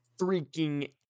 freaking